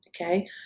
okay